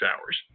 hours